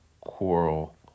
quarrel